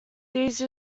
these